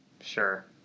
sure